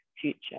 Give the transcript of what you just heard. future